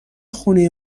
خونه